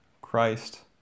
Christ